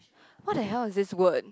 what the hell is this word